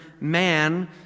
man